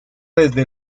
desde